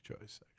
choice